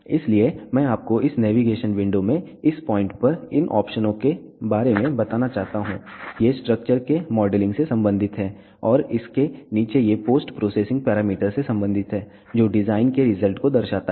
इसलिए मैं आपको इस नेविगेशन विंडो में इस पॉइंट पर इन ऑप्शनों के बारे में बताना चाहता हूं ये स्ट्रक्चर के मॉडलिंग से संबंधित हैं और इसके नीचे ये पोस्ट प्रोसेसिंग पैरामीटर से संबंधित हैं जो डिजाइन के रिजल्ट को दर्शाता है